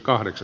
kiitos